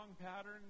pattern